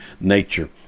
nature